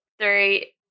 three